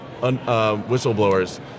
whistleblowers